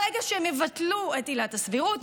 ברגע שהם יבטלו את עילת הסבירות,